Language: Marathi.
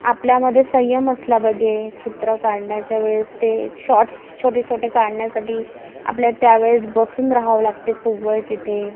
आपल्यामध्ये संयम असला पाजे चित्र काढण्याच्या वेळेस ते शॉट्स छोटे छोटे काढण्यासाठी आपल्या त्यावेळेस बसून राहावं लागते खूप वेळ तिथे